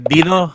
Dino